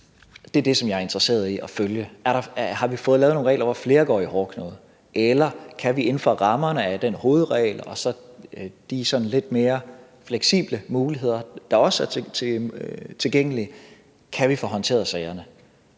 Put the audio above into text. Det er det, som jeg er interesseret i at følge. Har vi fået lavet nogle regler, hvor flere går i hårdknude, eller kan vi inden for rammerne af den hovedregel og så de sådan lidt mere fleksible muligheder, der også er tilgængelige, få håndteret sagerne?